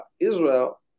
Israel